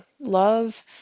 love